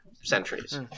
centuries